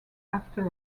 after